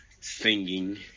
singing